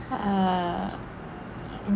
err